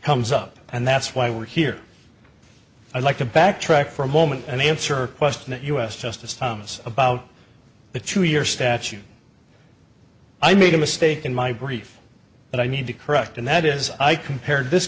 comes up and that's why we're here i'd like to backtrack for a moment and answer question the u s justice thomas about the true year statute i made a mistake in my brief but i need to correct and that is i compared this